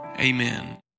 amen